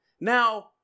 Now